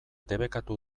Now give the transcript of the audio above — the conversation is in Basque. debekatu